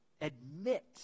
admit